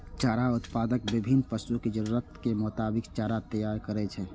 चारा उत्पादक विभिन्न पशुक जरूरतक मोताबिक चारा तैयार करै छै